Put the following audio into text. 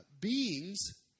beings